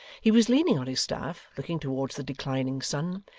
he was leaning on his staff looking towards the declining sun,